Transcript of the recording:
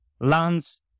lands